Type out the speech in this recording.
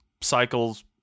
cycles